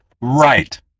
right